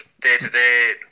day-to-day